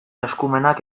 eskumenak